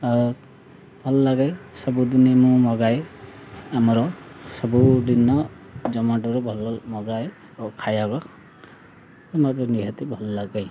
ଆଉ ଭଲଲାଗେ ସବୁଦିନେ ମୁଁ ମଗାଏ ଆମର ସବୁଦିନ ଜମାଟୋରୁ ଭଲ ମଗାଏ ଆଉ ଖାଇବ ମୋତେ ନିହାତି ଭଲଲାଗେ